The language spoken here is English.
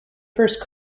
first